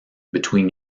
between